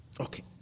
okay